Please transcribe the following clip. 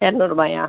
எரநூறுபாயா